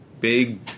Big